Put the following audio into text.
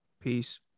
Peace